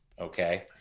okay